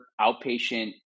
outpatient